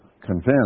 convinced